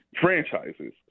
franchises